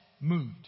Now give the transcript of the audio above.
moved